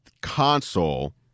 console